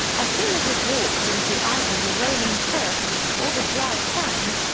as soon as it walks into either the rolling surf or the dry sand,